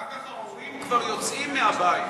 אחר כך ההורים כבר יוצאים מהבית,